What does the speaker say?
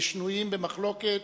ושנויים במחלוקת,